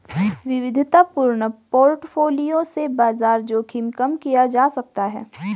विविधतापूर्ण पोर्टफोलियो से बाजार जोखिम कम किया जा सकता है